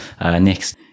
Next